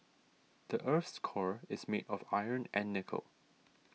the earth's core is made of iron and nickel